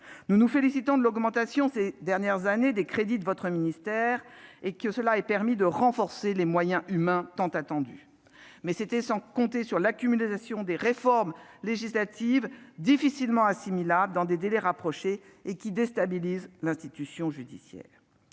des sceaux, que l'augmentation, ces deux dernières années, des crédits de votre ministère ait permis de renforcer les moyens humains tant attendus. Mais c'était sans compter l'accumulation de réformes législatives qui se sont avérées difficilement assimilables dans des délais rapprochés et qui déstabilisent l'institution judiciaire.